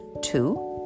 two